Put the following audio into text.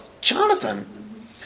Jonathan